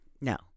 No